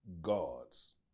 gods